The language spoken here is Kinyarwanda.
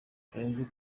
karenzi